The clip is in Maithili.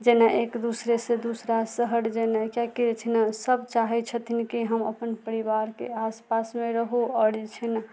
जेना एक दूसरे से दूसरा शहर जेना कियाकि जे छै ने सब चाहै छथिन कि हम अपन परिवारके आसपासमे रहू आओर जे छै ने